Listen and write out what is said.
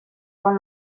con